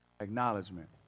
acknowledgement